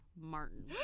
Martin